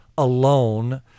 alone